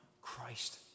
Christ